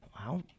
Wow